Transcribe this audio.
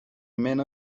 men